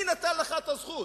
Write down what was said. מי נתן לך את הזכות